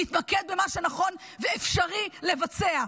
נתמקד במה שנכון ואפשרי לבצע.